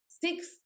six